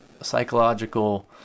psychological